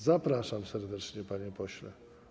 Zapraszam serdecznie, panie pośle.